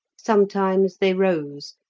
sometimes they rose,